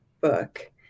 book